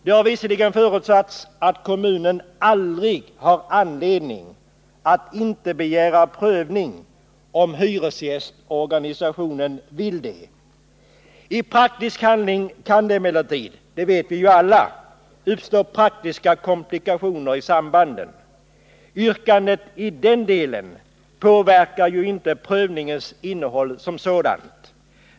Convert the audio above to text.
Det har visserligen förutsatts att kommunen aldrig har anledning att inte begära prövning, om hyresgästorganisationen vill ha det. I praktisk handling kan det emellertid — det vet vi ju alla — uppstå praktiska komplikationer i sambanden. Yrkandet i den delen påverkar ju inte prövningens innehåll som sådant.